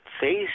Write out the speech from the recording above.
face